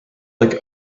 like